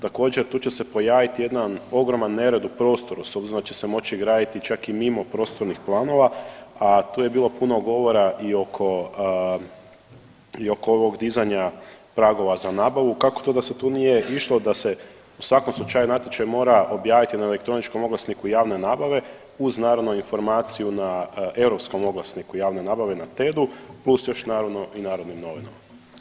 Također tu će se pojaviti jedan ogroman nered u prostoru s obzirom da će se moć i graditi čak i mimo prostornih planova, a tu je bilo puno govora i oko i oko ovog dizanja pragova za nabavu, kako to da se tu nije išlo da se u svakom slučaju natječaj mora objaviti na elektroničkom oglasniku javne nabave uz naravno informaciju na europskom oglasniku javne nabave na TED-u, plus još naravno i Narodnim novinama?